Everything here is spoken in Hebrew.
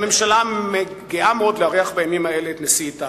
הממשלה גאה מאוד לארח בימים האלה את נשיא איטליה,